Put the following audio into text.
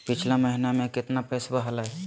पिछला महीना मे कतना पैसवा हलय?